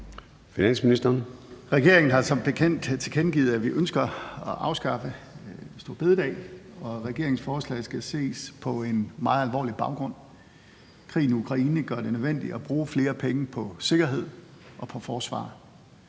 Regeringen har som bekendt tilkendegivet, at vi ønsker at afskaffe store bededag, og regeringens forslag skal ses på en meget alvorlig baggrund: Krigen i Ukraine gør det nødvendigt at bruge flere penge på sikkerhed og på forsvar.